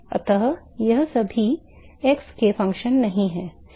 अत ये सभी x के फलन नहीं हैं